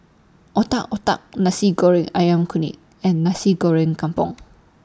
Otak Otak Nasi Goreng Ayam Kunyit and Nasi Goreng Kampung